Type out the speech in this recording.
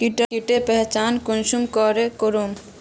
कीटेर पहचान कुंसम करे करूम?